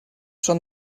són